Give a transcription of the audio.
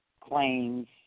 claims